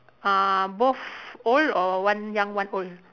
uh both old or one young one old